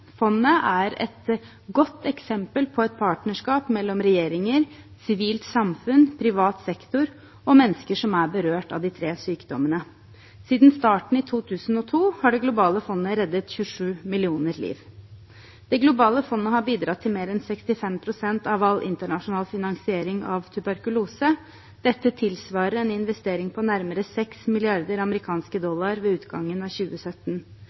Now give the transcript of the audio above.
Fondet er et godt eksempel på partnerskap mellom regjeringer, sivilt samfunn, privat sektor og mennesker som er berørt av de tre sykdommene. Siden starten i 2002 har det globale fondet reddet 27 millioner liv, og det har bidratt til mer enn 65 pst. av all internasjonal finansiering av arbeidet mot tuberkulose. Dette tilsvarer en investering på nærmere 6 mrd. amerikanske dollar ved utgangen av 2017.